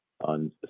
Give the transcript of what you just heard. on